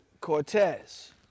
cortez